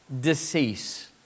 decease